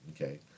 okay